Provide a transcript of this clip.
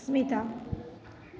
Smita